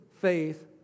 faith